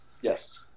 Yes